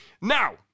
Now